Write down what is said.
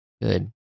Good